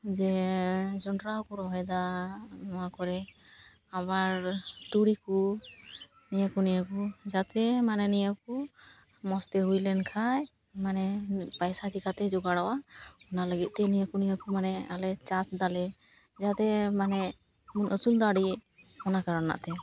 ᱡᱮ ᱡᱚᱱᱰᱨᱟ ᱦᱚᱸᱠᱚ ᱨᱚᱦᱚᱭ ᱫᱟ ᱱᱚᱣᱟ ᱠᱚᱨᱮ ᱟᱵᱟᱨ ᱛᱩᱲᱤ ᱠᱚ ᱱᱤᱭᱟᱹ ᱠᱚ ᱱᱤᱭᱟᱹ ᱠᱚ ᱡᱟᱛᱮ ᱢᱟᱱᱮ ᱱᱤᱭᱟᱹ ᱠᱚ ᱢᱚᱡᱽ ᱛᱮ ᱦᱩᱭ ᱞᱮᱱ ᱠᱷᱟᱡ ᱢᱟᱱᱮ ᱯᱟᱭᱥᱟ ᱪᱤᱠᱟᱛᱮ ᱡᱚᱜᱟᱲᱚᱜᱼᱟ ᱚᱱᱟ ᱞᱟᱹᱜᱤᱫ ᱛᱮ ᱱᱤᱭᱟᱹ ᱠᱚ ᱱᱤᱭᱟᱹ ᱠᱚ ᱢᱟᱱᱮ ᱟᱞᱮ ᱪᱟᱥ ᱫᱟᱞᱮ ᱡᱟᱛᱮ ᱢᱟᱱᱮ ᱵᱚᱱ ᱟᱹᱥᱩᱞ ᱫᱟᱲᱮ ᱚᱱᱟ ᱠᱟᱨᱚᱱ ᱟᱛᱮ